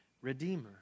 redeemer